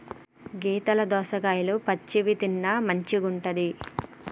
గీతల దోసకాయలు పచ్చివి తిన్న మంచిగుంటది